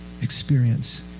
experience